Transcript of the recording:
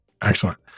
Excellent